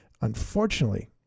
Unfortunately